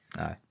Aye